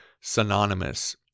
synonymous